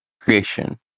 creation